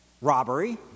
robbery